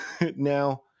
Now